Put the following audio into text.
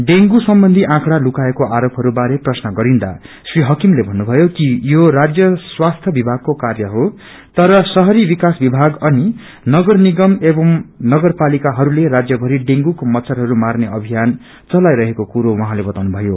dengue सम्बन्धी आर्कड़ा लुकाएको आरोपहरू बारे प्रश्न गरिन्दा श्री हकीमले भन्नुभयो कि यो राज्य स्वस्थ्य विभ्वागको कार्य हो तर शहरी विकास विभाग अनि नगर निगम एवं नगरपालिकाहस्ले राज्य भरी हेँगूको मच्छरहरू मार्ने अभियान चलाइरहेको कुरो उहाँले बताउनुभयो